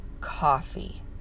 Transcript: coffee